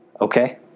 Okay